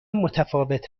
متفاوت